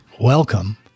welcome